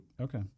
Okay